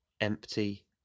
empty